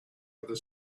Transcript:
other